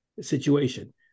situation